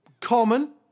Common